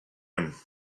him